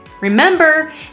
Remember